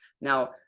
Now